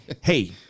hey